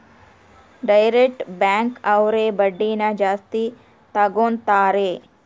direct bank ಅವ್ರು ಬಡ್ಡಿನ ಜಾಸ್ತಿ ತಗೋತಾರೆ